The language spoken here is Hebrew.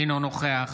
אינו נוכח